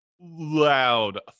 loud